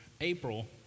April